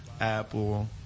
Apple